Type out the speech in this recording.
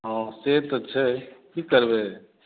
हॅं से तऽ छै की करबै